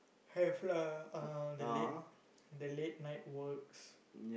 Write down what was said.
have lah ah the late the late night works